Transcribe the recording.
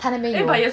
他那边有